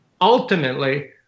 ultimately